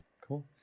Cool